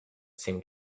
seemed